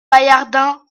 paillardin